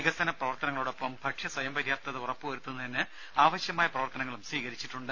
വികസന പ്രവർത്തനങ്ങളോടൊപ്പം ഭക്ഷ്യ സ്വയംപര്യാപ്തത ഉറപ്പു വരുത്തുന്നതിനാവശ്യമായ പ്രവർത്തനങ്ങളും സ്വീകരിച്ചിട്ടുണ്ട്